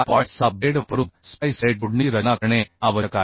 6 blade वापरून splice plate जोडणीची रचना करणे आवश्यक आहे